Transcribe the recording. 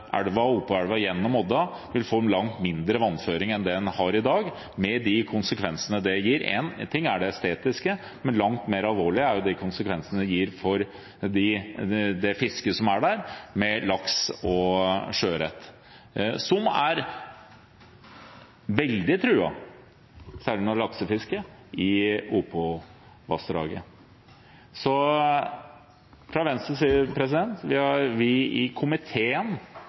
gjennom Odda vil få en langt mindre vannføring enn den har i dag, med de konsekvensene det gir. En ting er det estetiske, men langt mer alvorlig er de konsekvensene det gir for det lakse- og sjøørretfisket som er der. Faunaen og laksefisket er veldig truet i Opovassdraget. I komiteen gikk ikke Venstre inn for forslag nr. 1. Vi ville avvente og ha mulighet til å se rapporten. Men vi vil i